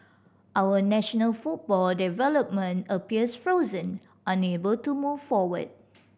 our national football development appears frozen unable to move forward